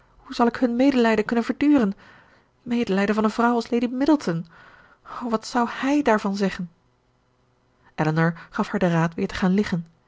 palmers hoe zal ik hun medelijden kunnen verduren medelijden van een vrouw als lady middleton o wat zou hij daarvan zeggen elinor gaf haar den raad weer te gaan liggen